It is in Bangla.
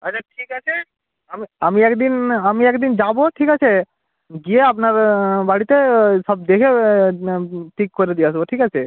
আচ্ছা ঠিক আছে আমি আমি এক দিন আমি এক দিন যাব ঠিক আছে গিয়ে আপনার বাড়িতে সব দেখে ঠিক করে দিয়ে আসব ঠিক আছে